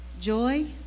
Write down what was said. joy